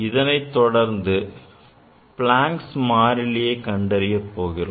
இதனைத்தொடர்ந்து Plancks மாறிலி கண்டறிய போகிறோம்